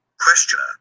Questioner